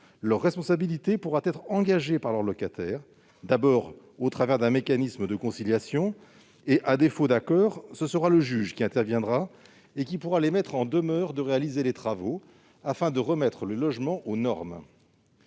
leur responsabilité pourra être engagée par leurs locataires, d'abord au travers d'un mécanisme de conciliation. En l'absence d'accord, le juge interviendra et pourra mettre les propriétaires en demeure de réaliser les travaux et de remettre le logement aux normes.